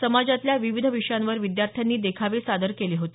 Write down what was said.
समाजातल्या विविध विषयांवर विद्यार्थ्यांनी देखावे सादर केले होते